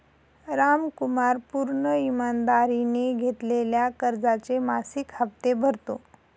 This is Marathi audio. रामकुमार पूर्ण ईमानदारीने घेतलेल्या कर्जाचे मासिक हप्ते भरतो